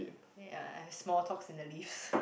ya small talks in the least